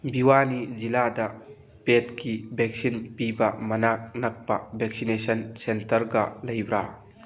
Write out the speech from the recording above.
ꯚꯤꯋꯥꯅꯤ ꯖꯤꯂꯥꯗ ꯄꯦꯗꯀꯤ ꯚꯦꯛꯁꯤꯟ ꯄꯤꯕ ꯃꯅꯥꯛ ꯅꯛꯄ ꯚꯦꯛꯁꯤꯅꯦꯁꯟ ꯁꯦꯟꯇꯔꯒ ꯂꯩꯕ꯭ꯔꯥ